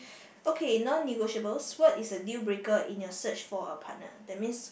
okay non negotiables what is a deal breaker in your search for a partner that means